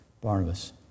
Barnabas